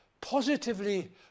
positively